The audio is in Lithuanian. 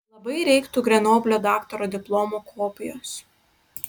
labai reiktų grenoblio daktaro diplomo kopijos